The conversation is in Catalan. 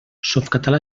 softcatalà